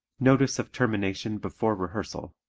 notice of termination before rehearsal